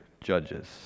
judges